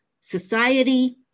society